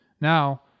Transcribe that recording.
Now